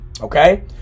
okay